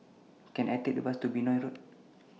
Can I Take The Bus to Benoi Road